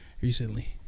Recently